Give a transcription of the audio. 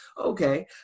okay